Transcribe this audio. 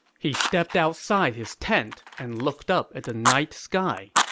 he stepped outside his tent and looked up at the night sky.